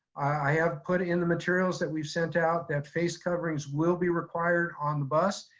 i have put in the materials that we've sent out that face coverings will be required on the bus.